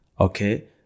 okay